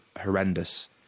horrendous